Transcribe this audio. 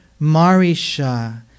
Marisha